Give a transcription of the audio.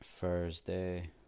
Thursday